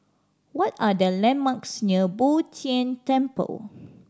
what are the landmarks near Bo Tien Temple